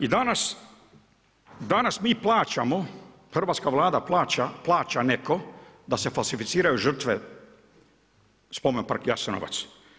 I danas mi plaćamo, hrvatska Vlada plaća, plaća netko da se falsificiraju žrtve Spomen park jasenovac.